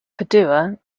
padua